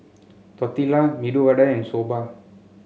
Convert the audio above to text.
Tortilla Medu Vada and Soba